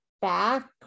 back